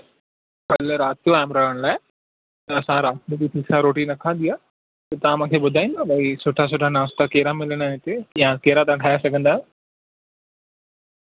जी मां तव्हां जे हॉटल में कल्ह राति जो आयुमि रहण लाइ त असां राति ठीक सां रोटी न खाधी आहे पोइ तव्हां मूंखे ॿुधाईंदो भई सुठा सुठा नाश्ता कहिड़ा मिलंदा आहिनि हिते या कहिड़ा तव्हां ठाहे सघंदा आहियो